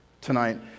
tonight